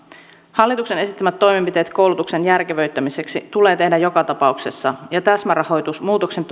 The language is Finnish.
hallituksen esittämät toimenpiteet koulutuksen järkevöittämiseksi tulee tehdä joka tapauksessa ja täsmärahoitus muutoksen